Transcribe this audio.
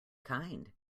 kind